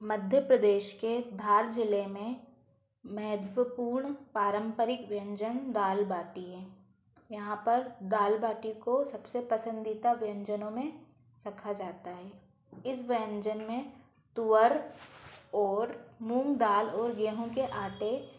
मध्य प्रदेश के धार ज़िले में महत्वपूर्ण पारम्परिक व्यंजन दाल बाटी है यहाँ पर दाल बाटी को सबसे पसंदीदा व्यंजनों में रखा जाता है इस व्यंजन में तुअर और मूंग दाल और गेहूँ के आटे